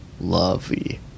lovey